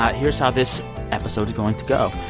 here's how this episode is going to go.